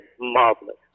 marvelous